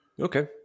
Okay